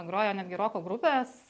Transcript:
grojo netgi roko grupės